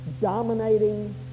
dominating